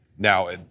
Now